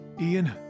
Ian